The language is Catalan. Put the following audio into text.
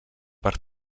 per